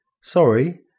Sorry